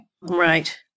Right